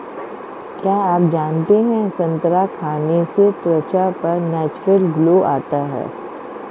क्या आप जानते है संतरा खाने से त्वचा पर नेचुरल ग्लो आता है?